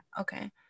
Okay